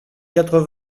quatre